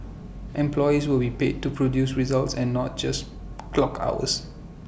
employees will be paid to produce results and not just clock hours